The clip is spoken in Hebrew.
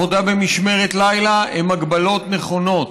עבודה במשמרת לילה, הן הגבלות נכונות.